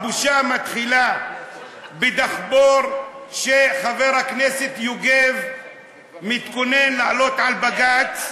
הבושה מתחילה בדחפור שחבר הכנסת יוגב מתכונן להעלות על בג"ץ,